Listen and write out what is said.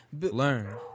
Learn